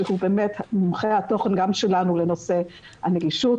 שהוא באמת מומחה התוכן גם שלנו לנושא הנגישות